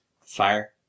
Fire